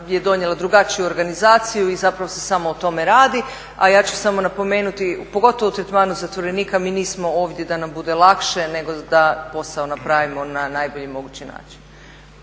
je donijela drugačiju organizaciju i zapravo se samo o tome radi, a ja ću samo napomenuti, pogotovo u tretmanu zatvorenika, mi nismo ovdje da nam bude lakše, nego da posao napravimo na najbolji mogući način.